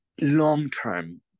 long-term